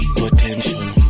potential